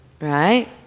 right